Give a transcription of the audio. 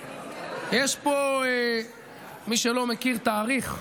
יש פה, מי שלא מכיר, תאריך,